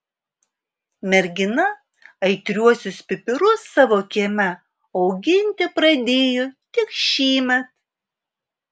mergina aitriuosius pipirus savo kieme auginti pradėjo tik šįmet